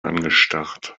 angestarrt